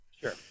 Sure